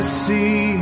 see